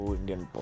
Indian